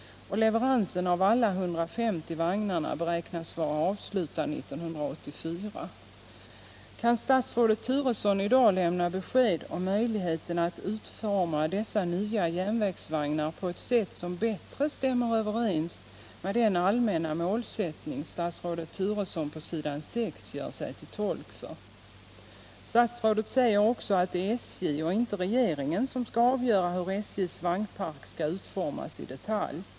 Kan statsrådet Turesson i dag lämna besked om möjligheterna att utforma dessa nya järnvägsvagnar på ett sätt som bättre stämmer överens med den allmänna målsättning statsrådet Turesson i svaret anger att han har? Statsrådet säger också att det är SJ och inte regeringen som skall avgöra hur SJ:s vagnpark skall utformas i detalj.